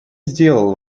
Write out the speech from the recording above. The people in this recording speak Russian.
сделал